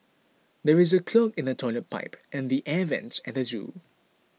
there is a clog in the Toilet Pipe and the Air Vents at the zoo